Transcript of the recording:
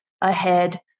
ahead